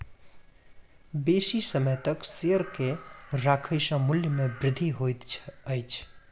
बेसी समय तक शेयर के राखै सॅ मूल्य में वृद्धि होइत अछि